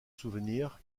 souvenir